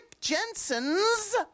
Jensen's